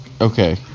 okay